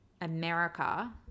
America